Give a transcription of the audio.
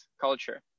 culture